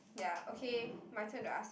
ya okay my turn to ask